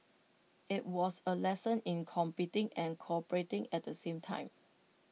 IT was A lesson in competing and cooperating at the same time